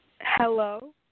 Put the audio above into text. Hello